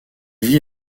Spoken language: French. vit